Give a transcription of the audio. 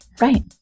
Right